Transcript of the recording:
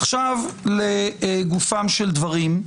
עכשיו לגופם של דברים,